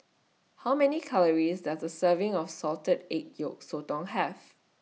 How Many Calories Does A Serving of Salted Egg Yolk Sotong Have